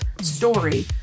story